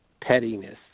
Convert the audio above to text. pettiness